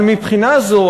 אבל מבחינה זאת,